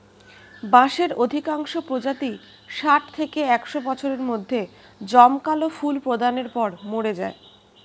বাঁশের অধিকাংশ প্রজাতিই ষাট থেকে একশ বছরের মধ্যে জমকালো ফুল প্রদানের পর মরে যায়